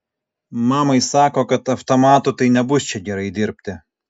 mamai sako kad avtamatu tai nebus čia gerai dirbti